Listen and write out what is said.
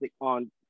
on